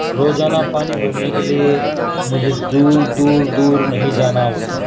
روزانہ پانی بھرنے کے لیے مجھے دور دور دور نہیں جانا ہوتا